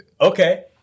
Okay